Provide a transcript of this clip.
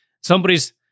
somebody's